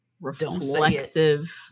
reflective